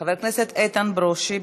חבר הכנסת איתן ברושי,